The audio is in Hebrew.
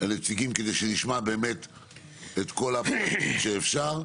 את הנציגים, כדי שנשמע את כל הפרטים שאפשר.